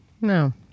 No